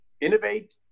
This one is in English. innovate